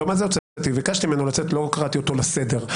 לא קראתי אותו לסדר.